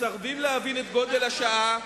מסרבים להבין את גודל השעה,